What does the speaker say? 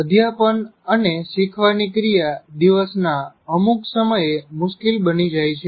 અધ્યાપન અને શીખવાની ક્રિયા દિવસ ના અમુક સમયે મુશ્કિલ બની જાય છે